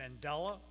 Mandela